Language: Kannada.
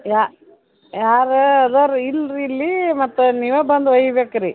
ಯಾ ಯಾರು ಅದಾರೆ ರೀ ಇಲ್ಲ ರಿ ಇಲ್ಲಿ ಮತ್ತು ನೀವೇ ಬಂದು ಒಯ್ಯಬೇಕು ರೀ